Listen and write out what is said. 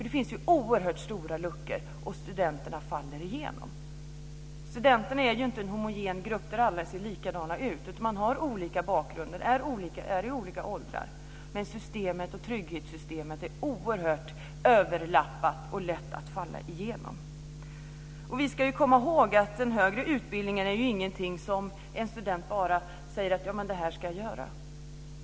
Det finns oerhört stora luckor, och studenterna faller igenom. Studenterna är inte en homogen grupp där alla ser likadana ut, utan man har olika bakgrunder, är i olika åldrar. Men trygghetssystemet är oerhört överlappat och lätt att falla igenom. Vi ska komma ihåg att den högre utbildningen är ingenting som en student bara ska genomföra.